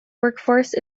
workforce